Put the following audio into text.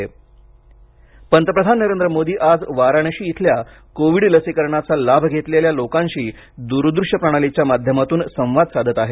लसीकरण पंतप्रधान नरेंद्र मोदी आज वाराणशी इथल्या कोविड लसीकरणाचा लाभ घेतलेल्या लोकांशी दूरदृश्य प्रणालीच्या माध्यमातून संवाद साधणार आहेत